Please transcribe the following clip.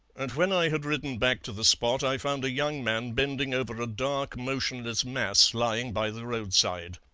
and when i had ridden back to the spot i found a young man bending over a dark motionless mass lying by the roadside.